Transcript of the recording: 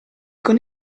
con